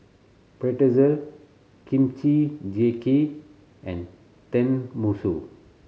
Pretzel Kimchi Jjigae and Tenmusu